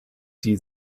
die